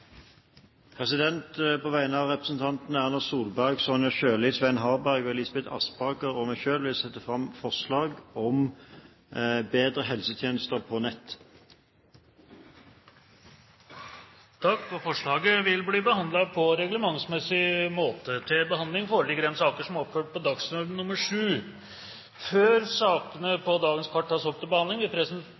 På vegne av representantene Erna Solberg, Sonja Irene Sjøli, Svein Harberg, Elisabeth Aspaker og meg selv vil jeg sette fram forslag om bedre helsetjenester på nett. Forslaget vil bli behandlet på reglementsmessig måte. Før sakene på dagens kart tas opp til behandling, vil presidenten foreslå at formiddagsmøtet om nødvendig fortsetter utover den reglementsmessige tid, kl. 16, til dagens kart